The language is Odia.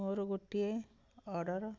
ମୋର ଗୋଟିଏ ଅର୍ଡ଼ର୍